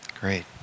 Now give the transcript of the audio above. Great